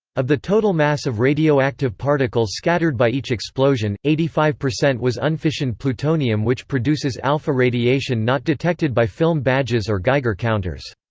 of the total mass of radioactive particles scattered by each explosion, eighty five percent was unfissioned plutonium which produces alpha radiation not detected by film badges or geiger counters.